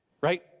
right